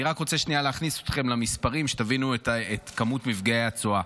אני רק רוצה להכניס אתכם למספרים כדי שתבינו את כמות מפגעי הצואה.